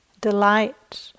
delight